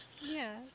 Yes